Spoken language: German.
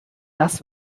das